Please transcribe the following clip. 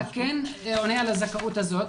אתה כן עונה על הזכאות הזאת.